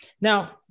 Now